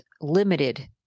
limited